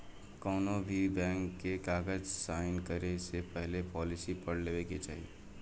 कौनोभी बैंक के कागज़ साइन करे से पहले पॉलिसी पढ़ लेवे के चाही